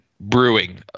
brewing